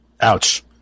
Ouch